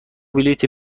بلیط